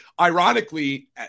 ironically